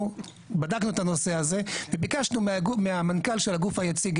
בדקנו את הנושא הזה וביקשנו מהמנכ"ל של הגוף היציג,